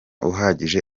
uhagije